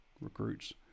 recruits